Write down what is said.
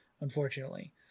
unfortunately